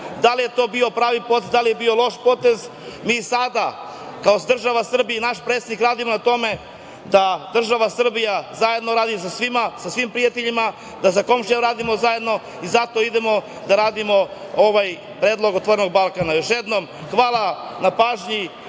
Da li je to bio pravi potez, da li je to bio loš potez mi sada kao država Srbija i kao naš predsednik radimo na tome da država Srbija zajedno radi sa svima, sa svim prijateljima, da sa komšijama radimo zajedno i da zato idemo da radimo ovaj predlog „otvorenog Balkana“.Još jednom hvala na pažnji